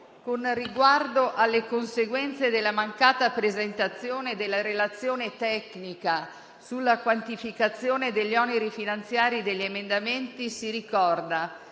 con riguardo alle conseguenze della mancata presentazione della relazione tecnica sulla quantificazione degli oneri finanziari degli emendamenti, si ricorda